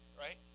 right